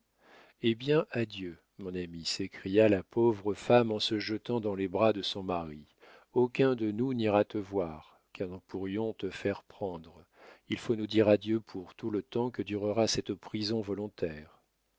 eh bien adieu mon ami s'écria la pauvre femme en se jetant dans les bras de son mari aucun de nous n'ira te voir car nous pourrions te faire prendre il faut nous dire adieu pour tout le temps que durera cette prison volontaire